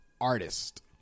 artist